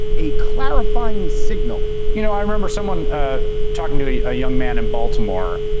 a clarifying signal you know, i remember someone talking to a a young man in baltimore.